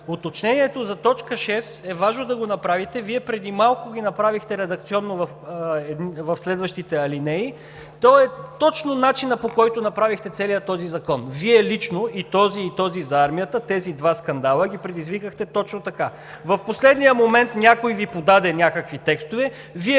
уточнението за т. 6 е важно да го направите – Вие преди малко ги направихте редакционно в следващите алинеи. То е точно начинът, по който направихте целия този закон – Вие лично, и този, и този за армията. Тези два скандала ги предизвикахте точно така. В последния момент някой Ви подаде някакви текстове, Вие